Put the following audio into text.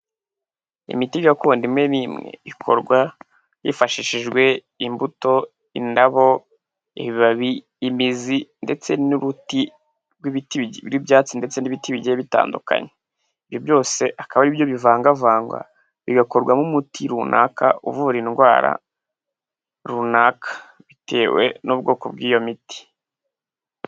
Imiti gakondo imwe n'imwe, ikorwa hifashishijwe imbuto, indabo, ibibabi, imizi ndetse n'uruti rw'ibiti rw'ibyatsi ndetse n'ibiti bigiye bitandukanye, ibyo byose akaba ari byo bivangavangwa bigakorwamo umuti runaka uvura indwara runaka, bitewe n'ubwoko bw'iyo miti.